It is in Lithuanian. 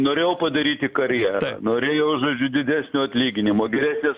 norėjo padaryti karjerą norėjo žodžiu didesnio atlyginimo geresnės